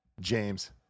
James